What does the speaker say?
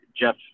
Jeff